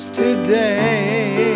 today